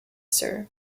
sir